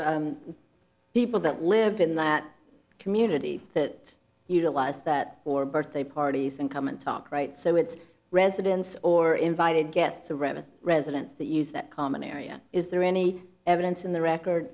is people that live in that community that utilize that for birthday parties and come and talk right so its residents or invited guests to read the residents that use that common area is there any evidence in the record